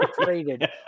traded